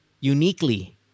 uniquely